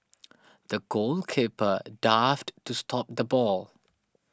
the goalkeeper dived to stop the ball